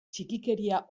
txikikeria